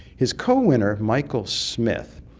his co-winner michael smith,